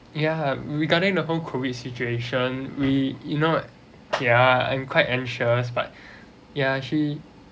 ya regarding the whole COVID situation we you know ya I'm quite anxious but ya she